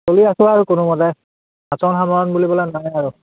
চলি আছোঁ আৰু কোনো মতে বাচন সামৰণ বুলিবলৈ নাই আৰু